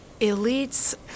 elites